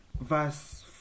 verse